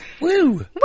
Woo